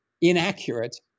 inaccurate